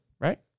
Right